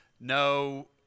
no